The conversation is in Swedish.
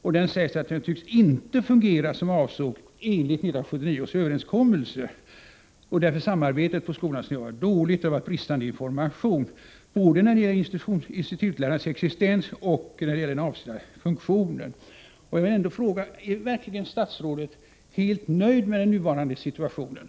Man säger att den inte tycks fungera så som angetts i 1979 års överenskommelse. Man säger vidare att samarbetet på skolan har varit dåligt och att det varit bristande information både när det gäller institutlärarnas existens och när det gäller deras avsedda funktion.